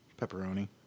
Pepperoni